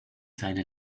seine